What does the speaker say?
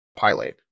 Pilate